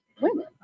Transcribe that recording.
women